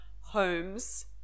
homes